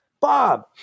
Bob